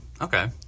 okay